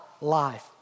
life